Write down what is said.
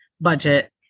budget